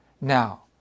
now